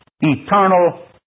eternal